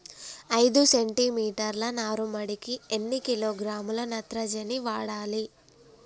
ఐదు సెంటిమీటర్ల నారుమడికి ఎన్ని కిలోగ్రాముల నత్రజని వాడాలి?